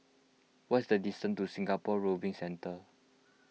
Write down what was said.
what is the distance to Singapore Rowing Centre